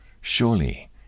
Surely